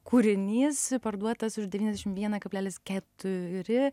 kūrinys parduotas už devyniasdešim vieną kablelis keturi